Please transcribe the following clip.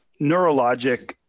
neurologic